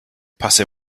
passez